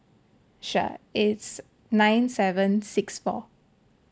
sure it's nine seven six four